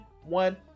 one